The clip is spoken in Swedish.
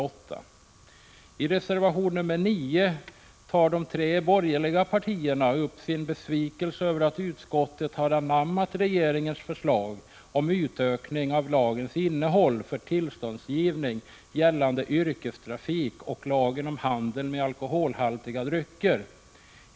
89 I reservation 9 tar de tre borgerliga partierna upp sin besvikelse över att utskottet har anammat regeringens förslag om utökning av lagens innehåll när det gäller tillståndsgivning för yrkestrafik samt när det gäller lagen om handel med alkoholhaltiga drycker.